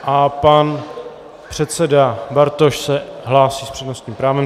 A pan předseda Bartoš se hlásí s přednostním právem.